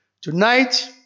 Tonight